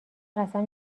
قسم